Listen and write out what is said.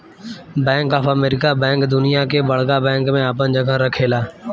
bank of America bank दुनिया के बड़का बैंक में आपन जगह रखेला